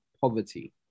poverty